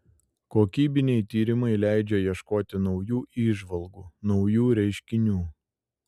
kokybiniai tyrimai leidžia ieškoti naujų įžvalgų naujų reiškinių